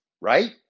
right